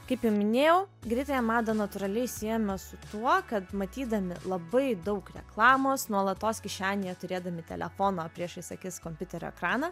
kaip jau minėjau greitąją madą natūraliai siejame su tuo kad matydami labai daug reklamos nuolatos kišenėje turėdami telefoną priešais akis kompiuterio ekraną